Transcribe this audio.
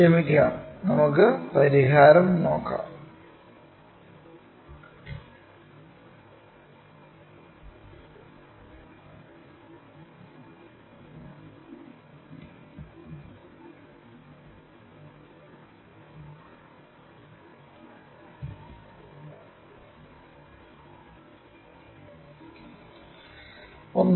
ക്ഷമിക്കണം നമുക്ക് പരിഹാരം നോക്കാം